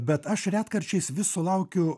bet aš retkarčiais vis sulaukiu